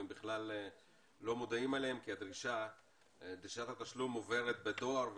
והם בכלל לא מודעים אליהם כי דרישת התשלום מועברת בדואר,